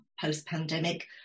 post-pandemic